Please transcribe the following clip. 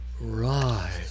right